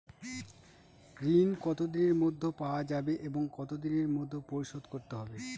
ঋণ কতদিনের মধ্যে পাওয়া যাবে এবং কত দিনের মধ্যে পরিশোধ করতে হবে?